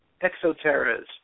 exoterras